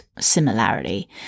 similarity